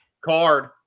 Card